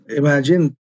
imagine